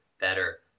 better